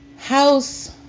House